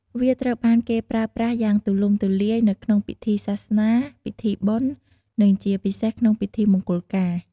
វាត្រូវបានគេប្រើប្រាស់យ៉ាងទូលំទូលាយនៅក្នុងពិធីសាសនា ពិធីបុណ្យ និងជាពិសេសក្នុងពិធីមង្គលការ។